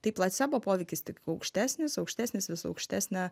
tai placebo poveikis tik aukštesnis aukštesnis vis aukštesnė